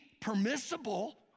permissible